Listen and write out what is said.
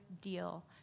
deal